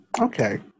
okay